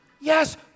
Yes